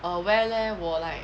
wear leh 我 like